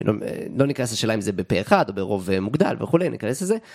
לא ניכנס לשאלה אם זה בפה אחד או ברוב מוגדל וכולי, ניכנס לזה.